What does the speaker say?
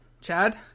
Chad